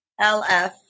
LF